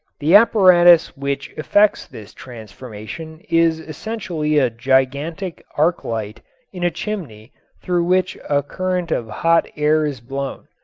the apparatus which effects this transformation is essentially a gigantic arc light in a chimney through which a current of hot air is blown.